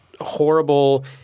horrible